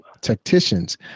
tacticians